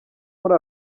muri